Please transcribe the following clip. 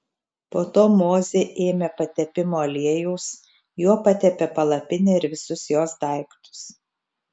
po to mozė ėmė patepimo aliejaus juo patepė palapinę ir visus jos daiktus